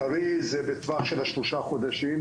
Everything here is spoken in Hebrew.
טרי זה בטווח של השלושה חודשים,